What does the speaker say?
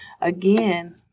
again